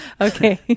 Okay